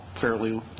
fairly